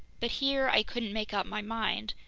but here i couldn't make up my mind.